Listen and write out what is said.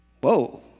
Whoa